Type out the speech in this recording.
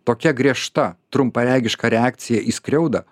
tokia griežta trumparegiška reakcija į skriaudą